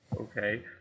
Okay